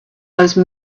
those